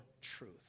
truth